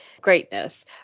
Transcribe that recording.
greatness